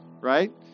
right